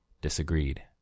disagreed